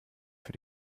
für